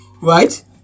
right